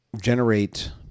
generate